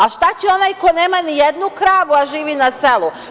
A, šta će onaj koji nema ni jednu kravu, a živi na selu?